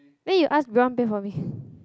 then you ask Grant pay for me